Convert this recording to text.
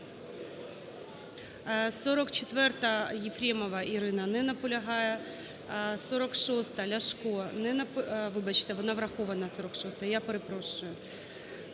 44-а, Єфремова Ірина. Не наполягає. 46-а, Ляшко. Не наполягає.